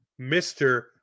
Mr